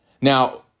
Now